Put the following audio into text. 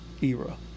era